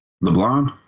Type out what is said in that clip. Leblanc